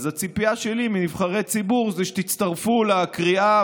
אז הציפייה שלי מנבחרי ציבור היא שיצטרפו לקריאה,